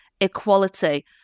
equality